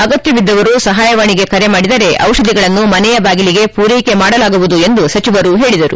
ಅಗತ್ಯವಿದ್ದವರು ಸಹಾಯವಾಣಿಗೆ ಕರೆ ಮಾಡಿದರೆ ಔಷಧಿಗಳನ್ನು ಮನೆಯ ಬಾಗಿಲಿಗೆ ಪೂರೈಕೆ ಮಾಡಲಾಗುವುದು ಎಂದು ಸಚಿವರು ಹೇಳಿದರು